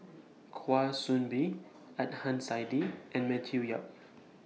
Kwa Soon Bee Adnan Saidi and Matthew Yap